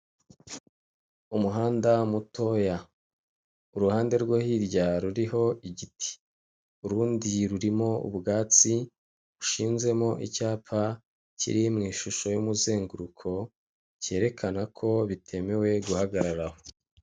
Umuhanda mutoya uruhande rwo hirya ruriho igiti, urundi rurimo ubwatsi bushinzemo icyapa kiri mu ishusho y'umuzenguruko cyerekana ko bitemewe guhagarara aho.